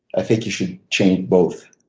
i think you should train both.